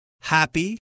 happy